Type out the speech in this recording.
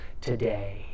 today